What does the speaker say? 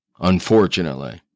unfortunately